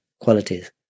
qualities